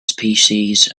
species